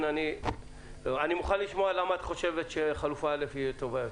אני מוכן לשמוע למה את חושבת שהחלופה א' היא טובה יותר.